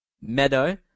Meadow